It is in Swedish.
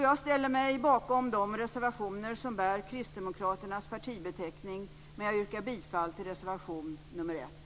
Jag ställer mig bakom de reservationer som bär kristdemokraternas partibeteckning, men jag yrkar bifall till reservation 1. Tack.